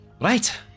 right